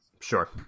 Sure